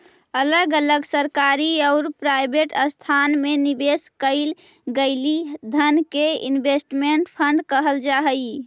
अलग अलग सरकारी औउर प्राइवेट संस्थान में निवेश कईल गेलई धन के इन्वेस्टमेंट फंड कहल जा हई